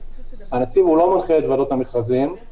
הנציב לא מנחה את ועדות המכרזים,